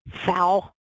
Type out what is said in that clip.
foul